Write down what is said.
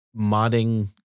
modding